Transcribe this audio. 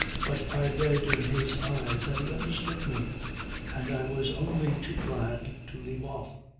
but i read in his eyes that he understood me and i was only too glad to leave off.